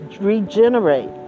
regenerate